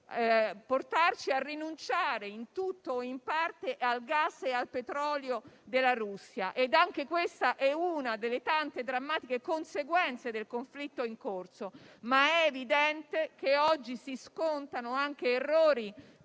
dico potrebbe - a rinunciare in tutto o in parte al gas e al petrolio della Russia, e anche questa è una delle tante drammatiche conseguenze del conflitto in corso, ma è evidente che oggi si scontano anche errori